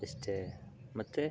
ಇಷ್ಟೇ ಮತ್ತು